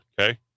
Okay